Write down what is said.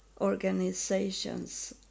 organizations